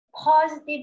positive